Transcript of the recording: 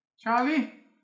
Charlie